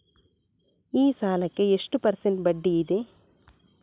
ಈ ಸಾಲಕ್ಕೆ ಎಷ್ಟು ಪರ್ಸೆಂಟ್ ಬಡ್ಡಿ ಇದೆ?